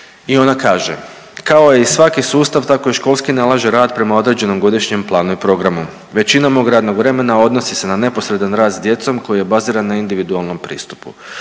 I ona kaže kao i svaki sustav tako i školski ne .../Govornik se ne razumije./… prema određenom godišnjem planu i programu. Većina mog radnog vremena odnosi se na neposredan rad sa djecom koji je baziran na individualnom pristupu.